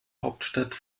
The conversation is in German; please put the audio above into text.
hauptstadt